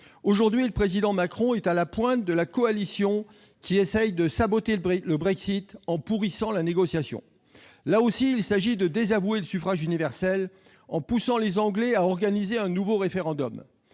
Aujourd'hui, le Président Macron est à la pointe de la coalition qui essaie de saboter le Brexit en pourrissant la négociation. Là encore, il s'agit de désavouer le suffrage universel en poussant les Britanniques à organiser un nouveau référendum.